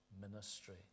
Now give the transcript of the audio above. ministry